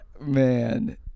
Man